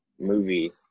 movie